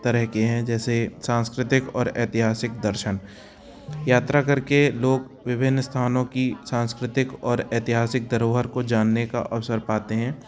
तरह के हैं जैसे सांस्कृतिक और ऐतिहासिक दर्शन यात्रा कर के लोग विभिन्न स्थानों की सांस्कृतिक और ऐतिहासिक धरोहर को जानने का अवसर पाते हैं